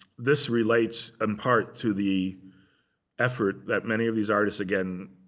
this relates in part to the effort that many of these artists again,